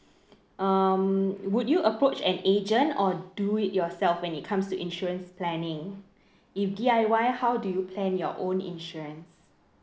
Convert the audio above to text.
um would you approach an agent or do it yourself when it comes to insurance planning if D_I_Y how do you plan your own insurance